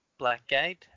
Blackgate